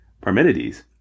Parmenides